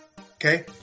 Okay